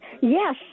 Yes